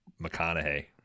McConaughey